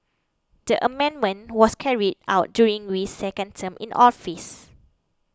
the amendment was carried out during Wee's second term in office